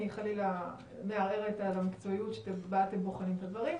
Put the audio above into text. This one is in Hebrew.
חלילה מערערת על המקצועיות שבה אתם בוחנים את הדברים,